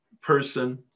person